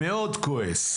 מאוד כועס.